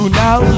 now